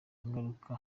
ngaruka